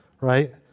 right